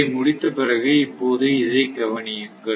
இதை முடித்த பிறகு இப்போது இதைக் கவனியுங்கள்